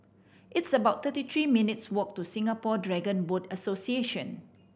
it's about thirty three minutes' walk to Singapore Dragon Boat Association